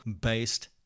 based